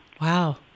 Wow